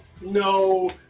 no